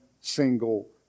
single